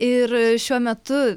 ir šiuo metu